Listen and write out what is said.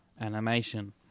animation